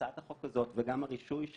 הצעת החוק הזאת וגם הרישוי,